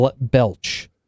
belch